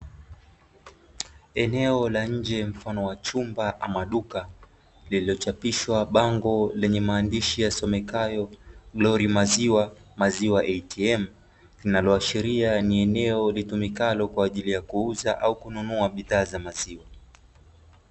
Eneo la nje mfano wa chumba ama duka, lililochapishwa bango lenye maandishi yasomekayo 'GLORY MILK, MILK ATM'. Linaloashiria ni eneo litumikalo kwa ajili ya kuuza, au kununua bidhaa za maziwa.